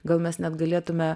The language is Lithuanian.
gal mes net galėtume